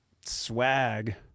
swag